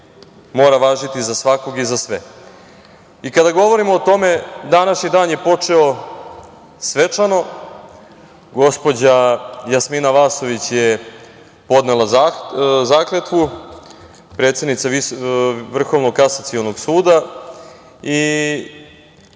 mora važiti za svakog i za sve. Kada govorimo o tome, današnji dan je počeo svečano. Gospođa Jasmina Vasović je podnela zakletvu, predsednica Vrhovnog kasacionog suda.